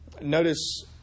Notice